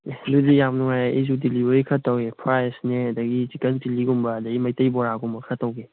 ꯑꯗꯨꯗꯤ ꯌꯥꯝ ꯅꯨꯡꯉꯥꯏ ꯑꯩꯁꯨ ꯗꯤꯂꯤꯚꯔꯤ ꯈꯔ ꯇꯧꯒꯦ ꯐ꯭ꯔꯥꯏ ꯔꯥꯏꯁꯅꯦ ꯑꯗꯒꯤ ꯆꯤꯀꯟ ꯆꯤꯂꯤꯒꯨꯝꯕ ꯑꯗꯩ ꯃꯩꯇꯩ ꯕꯣꯔꯥꯒꯨꯝꯕ ꯈꯔ ꯇꯧꯒꯦ